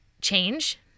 change